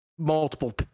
multiple